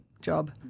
job